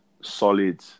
solid